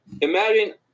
imagine